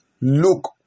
Look